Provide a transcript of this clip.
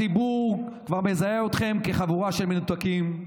הציבור כבר מזהה אתכם כחבורה של מנותקים,